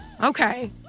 Okay